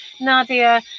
Nadia